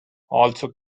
also